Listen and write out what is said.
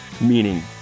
meaning